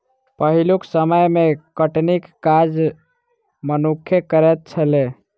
पहिलुक समय मे कटनीक काज मनुक्खे करैत छलै